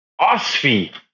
OSFI